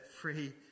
free